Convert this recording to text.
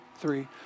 three